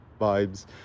vibes